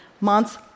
months